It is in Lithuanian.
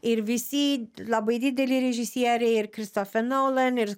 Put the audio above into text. ir visi labai dideli režisieriai ir kristofer nolan ir